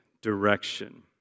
direction